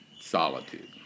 solitude